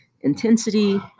intensity